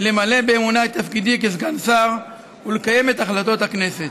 למלא באמונה את תפקידי כסגן שר ולקיים את החלטות הכנסת.